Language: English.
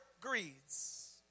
greeds